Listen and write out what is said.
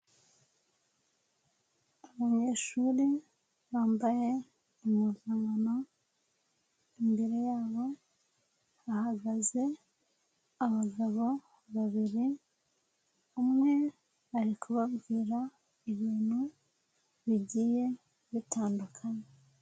Abanyeshuri bambaye impuzamano, imbere yabo hahagaze abagabo babiri, umwe ari kubwira ibintu bigiye bitandukanye.